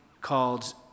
called